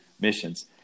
missions